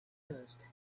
dust